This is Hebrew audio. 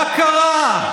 מה קרה?